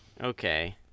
Okay